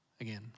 again